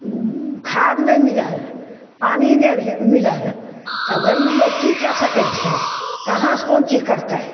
खाद नहि मिलल पानी नहि भे मिलल तऽ गरीब लोक कि कै सकै छै कहाँसे कोन चीज करतै